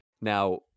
now